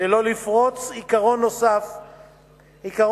שלא לפרוץ עיקרון נוסף בחוק,